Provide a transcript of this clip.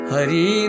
Hari